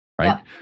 right